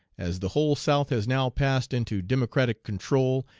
as the whole south has now passed into democratic control,